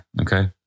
Okay